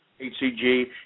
HCG